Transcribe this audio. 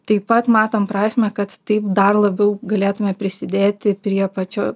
taip pat matom prasmę kad taip dar labiau galėtume prisidėti prie pačių